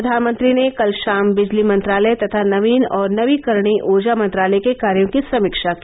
प्रधानमंत्री ने कल शाम बिजली मंत्रालय तथा नवीन और नवीकरणीय ऊर्जा मंत्रालय के कार्यो की समीक्षा की